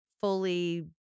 fully